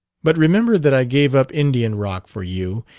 but remember that i gave up indian rock for you,